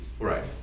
Right